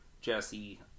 Jesse